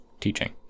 teaching